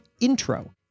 Intro